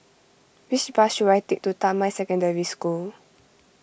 which bus should I take to Damai Secondary School